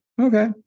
Okay